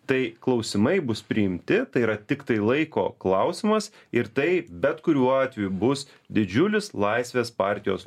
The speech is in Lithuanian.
tai klausimai bus priimti tai yra tiktai laiko klausimas ir tai bet kuriuo atveju bus didžiulis laisvės partijos